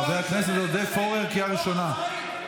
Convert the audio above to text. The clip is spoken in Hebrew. חבר הכנסת עורר פורר, קריאה ראשונה.